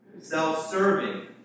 Self-serving